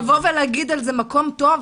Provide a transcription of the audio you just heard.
להגיד על זה מקום טוב?